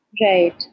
Right